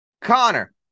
Connor